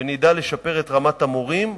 ונדע לשפר את רמת המורים,